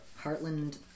Heartland